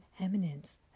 eminence